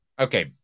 Okay